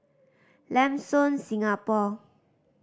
Lam Soon Singapore